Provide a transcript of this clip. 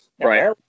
Right